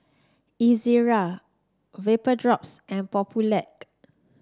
Ezerra Vapodrops and Papulex